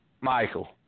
Michael